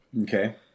Okay